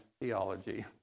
theology